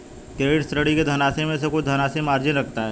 creditor, ऋणी के धनराशि में से कुछ धनराशि मार्जिन रखता है